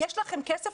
יש לכם כסף?